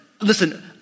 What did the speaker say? listen